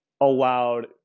allowed